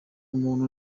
umuntu